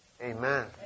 Amen